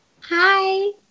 hi